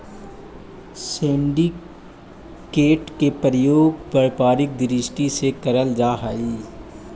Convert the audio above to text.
syndicated के प्रयोग व्यापारिक दृष्टि से करल जा हई